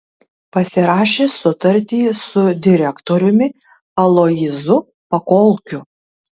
pasirašė sutartį su direktoriumi aloyzu pakolkiu